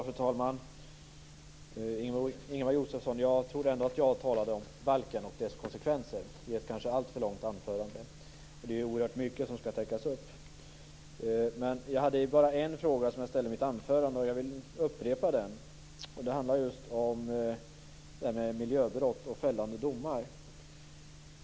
Fru talman! Jag tror ändå att jag talade om balken och dess konsekvenser, Ingemar Josefsson, i ett kanske alltför långt anförande. Men det är oerhört mycket som skall täckas upp. Jag ställde en fråga i mitt anförande och jag vill upprepa den. Den handlar om miljöbrott och fällande domar.